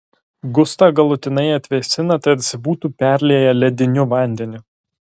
gustą galutinai atvėsina tarsi būtų perlieję lediniu vandeniu